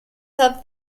had